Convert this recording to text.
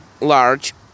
large